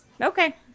okay